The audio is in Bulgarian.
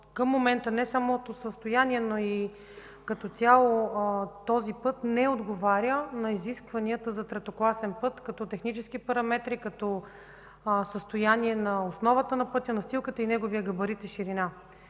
Към момента не само общото състояние, но и като цяло този път не отговаря на изискванията за третокласен път като технически параметри, като състояние на основата на пътя, настилката, неговия габарит и ширина.